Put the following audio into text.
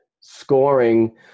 scoring